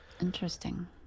Interesting